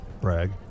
Brag